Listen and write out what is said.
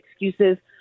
excuses